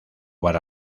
para